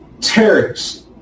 terrorists